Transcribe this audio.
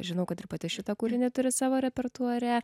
žinau kad ir pati šitą kūrinį turi savo repertuare